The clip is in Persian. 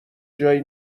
جایی